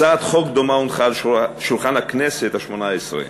הצעת חוק דומה הונחה על שולחן הכנסת השמונה-עשרה.